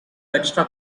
extra